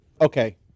okay